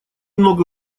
много